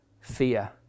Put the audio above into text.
fear